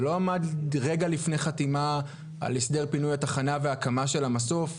זה לא עמד רגע לפני חתימה על הסדר פינוי התחנה והקמה של המסוף?